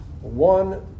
one